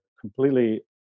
completely